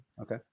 Okay